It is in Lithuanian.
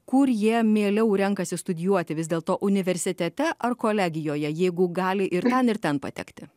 kur jie mieliau renkasi studijuoti vis dėlto universitete ar kolegijoje jeigu gali ir ten ir ten patekti